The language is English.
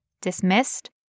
Dismissed